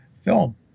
film